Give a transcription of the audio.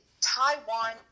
Taiwan